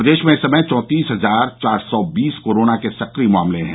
प्रदेश में इस समय चौतीस हजार चार सौ बीस कोरोना के सक्रिय मामले हैं